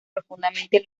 profundamente